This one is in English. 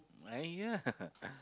!aiya!